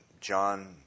John